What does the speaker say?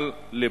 על לבכם.